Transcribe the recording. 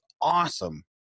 awesome